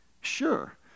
Sure